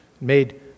made